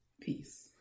Peace